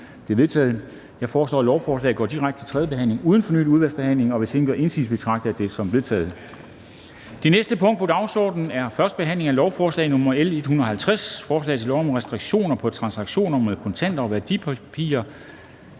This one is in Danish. De er vedtaget. Jeg foreslår, at lovforslaget går direkte til tredje behandling uden fornyet udvalgsbehandling. Hvis ingen gør indsigelse, betragter jeg det som vedtaget. Det er vedtaget. --- Det næste punkt på dagsordenen er: 9) 1. behandling af lovforslag nr. L 150: Forslag til lov om restriktioner på transaktioner med kontanter og værdipapirer